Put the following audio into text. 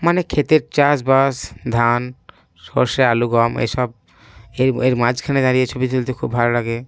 মানে ক্ষেতের চাষবাস ধান সর্ষে আলু গম এসব এর এর মাঝখানে দাঁড়িয়ে ছবি তুলতে খুব ভালো লাগে